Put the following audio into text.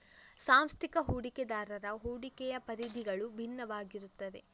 ಸಾಂಸ್ಥಿಕ ಹೂಡಿಕೆದಾರರ ಹೂಡಿಕೆಯ ಪರಿಧಿಗಳು ಭಿನ್ನವಾಗಿರುತ್ತವೆ